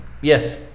Yes